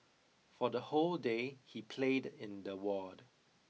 for the whole day he played in the ward